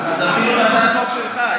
אפילו בהצעת חוק שלך,